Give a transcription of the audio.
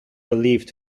believed